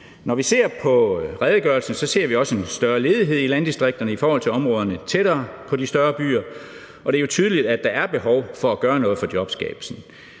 Når vi ser på redegørelsen, ser vi også en større ledighed i landdistrikterne i forhold til områderne tættere på de større byer, og det er jo tydeligt, at der er behov for at gøre noget for jobskabelsen.